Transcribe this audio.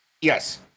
Yes